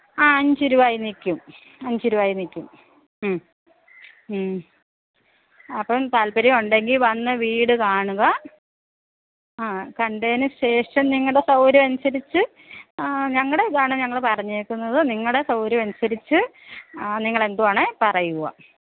ആ അഞ്ച് രൂപയില് നിൽക്കും അഞ്ച് രൂപയില് നിൽക്കും അപ്പം താല്പര്യം ഉണ്ടെങ്കില് വന്ന് വീട് കാണുക ആ കണ്ടതിന് ശേഷം നിങ്ങളുടെ സൗകര്യം അനുസരിച്ച് ഞങ്ങളുടെ ഇതാണ് ഞങ്ങൾ പറഞ്ഞേക്കുന്നത് നിങ്ങളുടെ സൗകര്യം അനുസരിച്ച് നിങ്ങളെന്തുവാണ് പറയുവാ